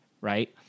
Right